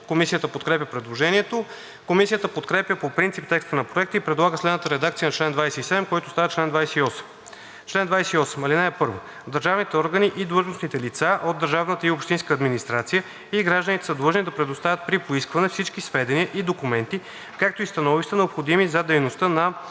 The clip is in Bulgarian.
Комисията подкрепя предложението. Комисията подкрепя по принцип текста на Проекта и предлага следната редакция на чл. 27, който става чл. 28: „Чл. 28. (1) Държавните органи и длъжностните лица от държавната и общинската администрация и гражданите са длъжни да предоставят при поискване всички сведения и документи, както и становища, необходими за дейността на